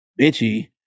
bitchy